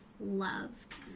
Loved